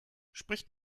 spricht